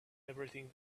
everything